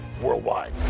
worldwide